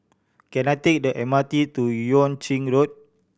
can I take the M R T to Yuan Ching Road